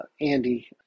Andy